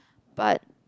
but